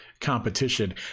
competition